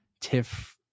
TIFF